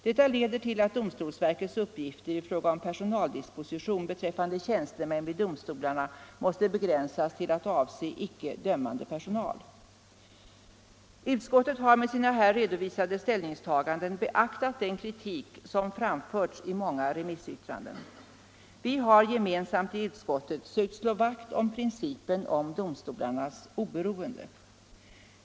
Detta leder till att domstolsverkets uppgifter i fråga om personaldisposition beträffande tjänstemän vid domstolarna måste begränsas till att avse den icke-dömande personalen. Utskottet har med sina här redovisade ställningstaganden beaktat den kritik som framförts i många remissyttranden. Vi har gemensamt i utskottet sökt slå vakt kring principen om domstolarnas oberoende.